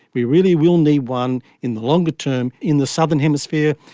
we really will need one in the longer term in the southern hemisphere,